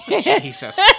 Jesus